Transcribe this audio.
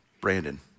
Brandon